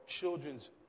children's